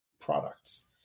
products